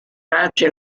tracce